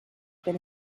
been